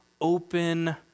open